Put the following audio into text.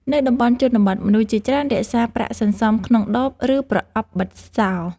នៅតំបន់ជនបទ មនុស្សជាច្រើនរក្សាប្រាក់សន្សំក្នុងដប ឬប្រអប់បិទសោ។